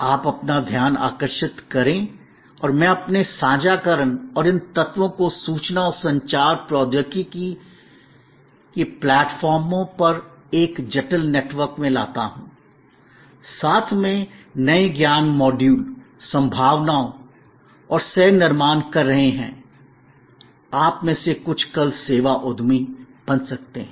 आप अपना ध्यान आकर्षित करें और मैं अपने साझाकरण और इन तत्वों को सूचना और संचार प्रौद्योगि की प्रौद्योगिकी प्लेटफार्मों पर एक जटिल नेटवर्क में लाता हूं साथ में नए ज्ञान मॉड्यूल संभावनाओं और सह निर्माण कर रहे हैं आप में से कुछ कल सेवा उद्यमी बन सकते हैं